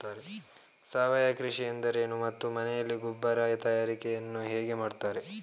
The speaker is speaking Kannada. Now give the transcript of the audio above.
ಸಾವಯವ ಕೃಷಿ ಎಂದರೇನು ಮತ್ತು ಮನೆಯಲ್ಲಿ ಗೊಬ್ಬರ ತಯಾರಿಕೆ ಯನ್ನು ಹೇಗೆ ಮಾಡುತ್ತಾರೆ?